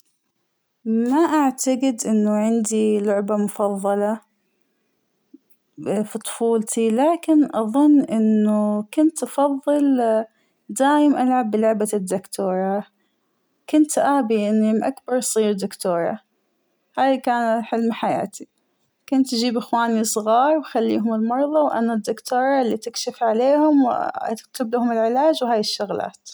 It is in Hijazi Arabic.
ما أعتقد أنه عندى لعبة مفظلة فى طفولتى ، لكن أظن إنه كنت أفظل دايم ألعب بلعبة الدكتورة، كنت أبى لما أكبر أصير دكتورة ، هاى كان حلم حياتى ، كنت أجيب أخوانى صغار وأخليهم المرضى وأنا الدكتورة اللى تكشف عليهم وتكتبلهم العلاج وهاى الشغلات.